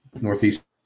Northeast